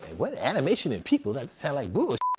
what? animation and people. that sounds like bull